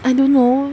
I don't know